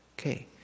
Okay